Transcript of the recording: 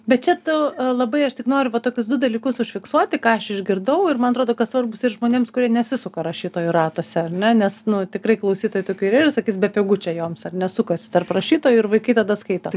bet čia tu labai aš tik noriu va tokius du dalykus užfiksuoti ką aš išgirdau ir man atrodo kad svarbūs ir žmonėms kurie nesisuka rašytojų ratuose ar ne nes nu tikrai klausytojai tokių yra ir sakys bepigu čia joms ar ne sukasi tarp rašytojų ir vaikai tada skaito